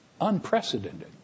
unprecedented